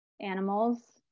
animals